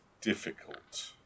difficult